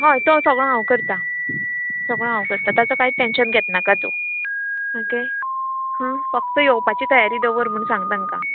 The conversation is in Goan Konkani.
हय तो सगळो हांव करतां सगळो हांव करतां ताचो कांयच टॅन्शन घेतनाका तूं ओके हां फक्त येवपाची तयारी दवर म्हूण सांग तांकां